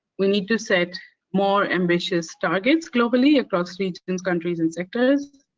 we need to set more ambitious targets globally across regions, countries and sectors,